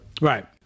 Right